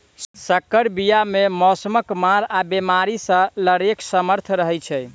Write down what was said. सँकर बीया मे मौसमक मार आ बेमारी सँ लड़ैक सामर्थ रहै छै